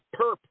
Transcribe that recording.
Perp